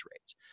rates